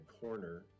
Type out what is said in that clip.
corner